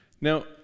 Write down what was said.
Now